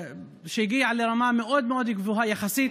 שהגיעה לרמה מאוד מאוד גבוהה יחסית